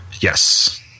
Yes